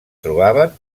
trobaven